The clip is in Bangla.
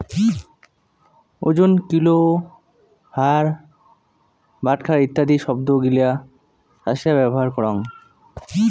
ওজন, কিলো, ভার, বাটখারা ইত্যাদি শব্দ গিলা চাষীরা ব্যবহার করঙ